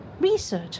research